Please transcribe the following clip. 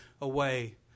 away